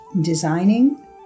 designing